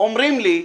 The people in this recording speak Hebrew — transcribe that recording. אומרים לי,